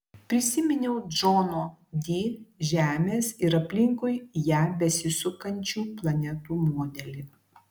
prisiminiau džono di žemės ir aplinkui ją besisukančių planetų modelį